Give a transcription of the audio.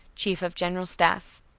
chief of general staff.